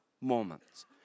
moments